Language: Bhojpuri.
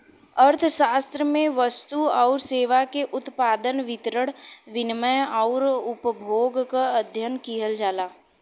अर्थशास्त्र में वस्तु आउर सेवा के उत्पादन, वितरण, विनिमय आउर उपभोग क अध्ययन किहल जाला